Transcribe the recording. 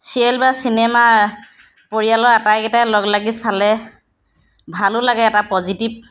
serial বা cinema পৰিয়ালৰ আটাইকেইটাই লগ লাগি চালে ভালো লাগে এটা পজিটিভ